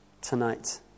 tonight